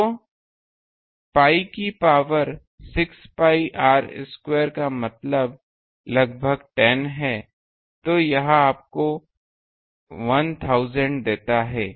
तो pi की power 6 pi square का मतलब लगभग 10 है तो यह आपको 1000 देता है